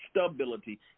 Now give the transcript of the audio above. stability